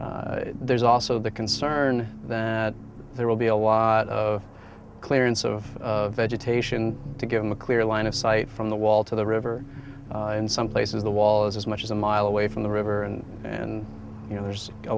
ground there's also the concern that there will be a lot of clearance of vegetation to give them a clear line of sight from the wall to the river in some places the wall is as much as a mile away from the river and and you know there's a